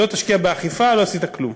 כי אם לא תשקיע באכיפה, לא עשית כלום,